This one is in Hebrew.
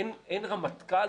אין רמטכ"ל?